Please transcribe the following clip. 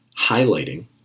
highlighting